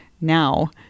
now